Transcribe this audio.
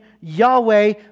Yahweh